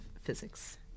physics